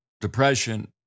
depression